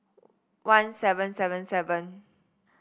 one seven seven seven